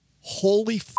holy